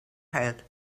had